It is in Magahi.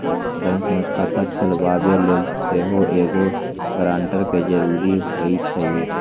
बैंक में खता खोलबाबे लेल सेहो एगो गरानटर के जरूरी होइ छै